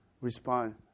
respond